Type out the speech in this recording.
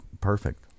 perfect